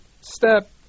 step